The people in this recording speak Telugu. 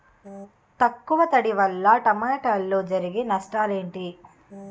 తక్కువ తడి వల్ల టమోటాలో జరిగే నష్టాలేంటి?